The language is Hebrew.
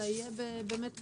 אלא שיהיה באמת בסטנדרט.